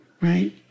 right